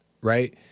right